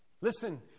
Listen